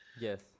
yes